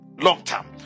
long-term